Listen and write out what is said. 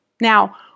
Now